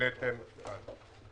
העליתם כאן.